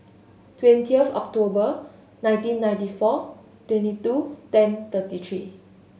twentieth October nineteen ninety four twenty two ten thirty three